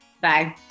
Bye